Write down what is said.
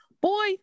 Boy